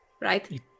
right